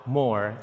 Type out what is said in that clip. more